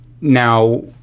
Now